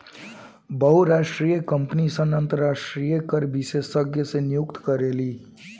बहुराष्ट्रीय कंपनी सन अंतरराष्ट्रीय कर विशेषज्ञ के नियुक्त करेली